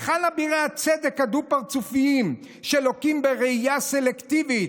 היכן אבירי הצדק הדו-פרצופיים שלוקים בראייה סלקטיבית